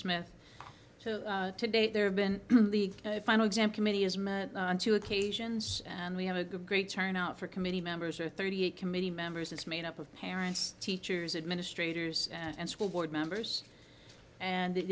smith so today there have been the final exam committee has met on two occasions and we have a great turnout for committee members are thirty eight committee members is made up of parents teachers administrators and school board members and